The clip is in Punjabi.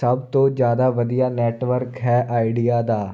ਸਭ ਤੋਂ ਜ਼ਿਆਦਾ ਵਧੀਆ ਨੈਟਵਰਕ ਹੈ ਆਈਡੀਆ ਦਾ